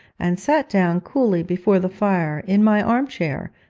and sat down coolly before the fire, in my arm-chair,